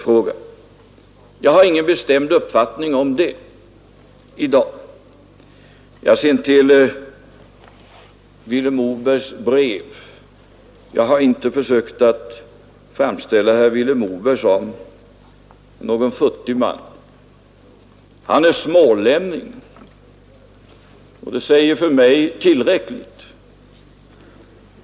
Jag har ingen bestämd uppfattning om det i dag. Sedan till Vilhelm Mobergs brev. Jag har inte försökt framställa Vilhelm Moberg som någon futtig man. Han är smålänning, och det säger mig tillräckligt.